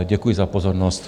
Děkuji za pozornost.